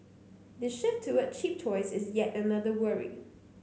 the shift toward cheap toys is yet another worry